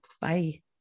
Bye